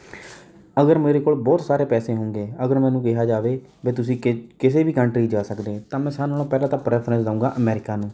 ਅਗਰ ਮੇਰੇ ਕੋਲ ਬਹੁਤ ਸਾਰੇ ਪੈਸੇ ਹੁੰਦੇ ਅਗਰ ਮੈਨੂੰ ਕਿਹਾ ਜਾਵੇ ਵੀ ਤੁਸੀਂ ਕਿ ਕਿਸੇ ਵੀ ਕੰਟਰੀ ਜਾ ਸਕਦੇ ਹੋ ਤਾਂ ਮੈਂ ਸਾਰਿਆਂ ਨਾਲੋਂ ਪਹਿਲਾ ਤਾਂ ਪ੍ਰੈਫਰੈਂਸ ਦਊਂਗਾ ਅਮੈਰੀਕਾ ਨੂੰ